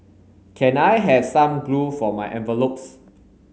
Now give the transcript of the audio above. can I have some glue for my envelopes